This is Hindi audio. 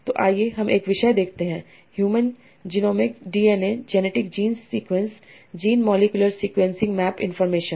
तो आइए हम एक विषय देखते हैं human genomic D N A genetic genes sequence gene molecular sequencing map information